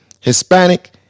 hispanic